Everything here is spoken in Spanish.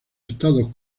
estados